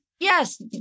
Yes